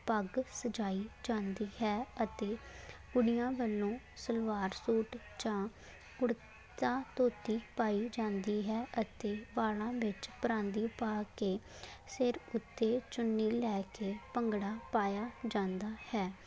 ਪੱਗ ਸਜਾਈ ਜਾਂਦੀ ਹੈ ਅਤੇ ਕੁੜੀਆਂ ਵੱਲੋਂ ਸਲਵਾਰ ਸੂਟ ਜਾਂ ਕੁੜਤਾ ਧੋਤੀ ਪਾਈ ਜਾਂਦੀ ਹੈ ਅਤੇ ਵਾਲਾ ਵਿੱਚ ਪਰਾਂਦੀ ਪਾ ਕੇ ਸਿਰ ਉੱਤੇ ਚੁੰਨੀ ਲੈ ਕੇ ਭੰਗੜਾ ਪਾਇਆ ਜਾਂਦਾ ਹੈ